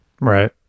right